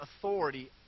authority